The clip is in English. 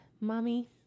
mommy